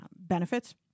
Benefits